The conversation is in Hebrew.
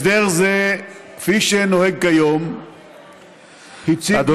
הסדר זה כפי שנוהג כיום הציב כמה בעיות,